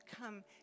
come